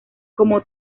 como